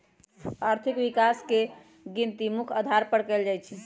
आर्थिक विकास के गिनती मुख्य अधार पर कएल जाइ छइ